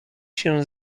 się